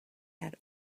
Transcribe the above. had